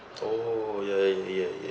oh ya ya ya